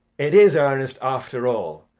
it is ernest after all.